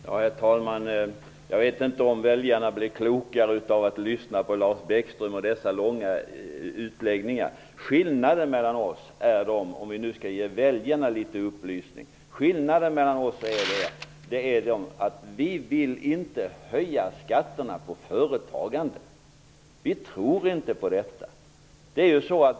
Herr talman! Jag vet inte om väljarna blir klokare av att lyssna på Lars Bäckströms långa utläggningar. Skillnaden mellan oss är -- om vi nu skall ge väljare någon upplysning -- att vi, i motsats till er, inte vill höja skatterna på företagandet. Vi tror inte på den metoden.